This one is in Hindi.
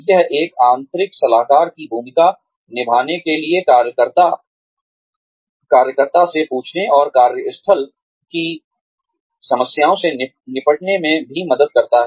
यह एक आंतरिक सलाहकार की भूमिका निभाने के लिए कार्यकर्ता से पूछने और कार्यस्थल की समस्याओं से निपटने में भी मदद करता है